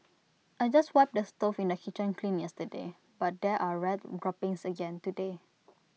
I just wiped the stove in the kitchen clean yesterday but there are rat droppings again today